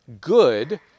good